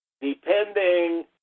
depending